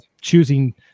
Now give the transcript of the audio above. choosing